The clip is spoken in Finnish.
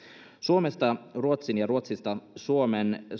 suomesta ruotsiin ja ruotsista suomeen